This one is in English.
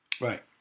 Right